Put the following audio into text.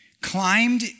climbed